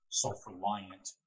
self-reliant